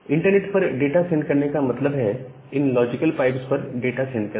internet पर data send करने का मतलब है इन लॉजिकल पाइप्स पर डाटा सेंड करना